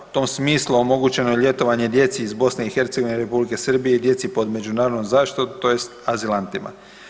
U tom smislu omogućeno je ljetovanje djeci iz BiH i Republike Srbije i djeci pod međunarodnom zaštitom tj. azilantima.